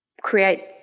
create